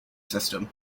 system